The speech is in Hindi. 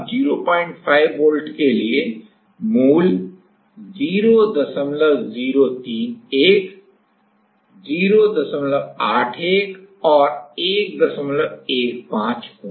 05 वोल्ट के लिए मूल 0031 081 और 115 होंगी